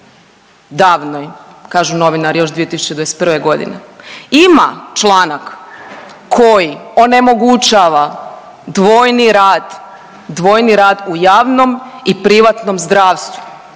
davnoj kažu novinari još 2021. godine ima članak koji onemogućava dvojni rad, dvojni rad u javnom i privatnom zdravstvu,